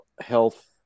health